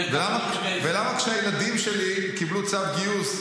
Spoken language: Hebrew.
ולמה כשהילדים שלי קיבלו צו גיוס,